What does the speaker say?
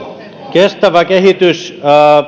kestävä kehitys